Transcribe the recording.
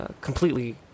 completely